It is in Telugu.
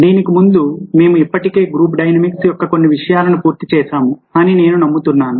దీనికి ముందు మేము ఇప్పటికే గ్రూప్ డైనమిక్స్ యొక్క కొన్ని విషయాలను పూర్తి చేసాము అని నేను నమ్ముతున్నాను